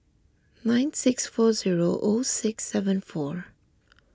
nine six four zero O six seven four